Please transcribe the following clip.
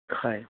হয়